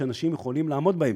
מחירים שאנשים יכולים לעמוד בהם.